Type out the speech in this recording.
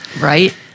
Right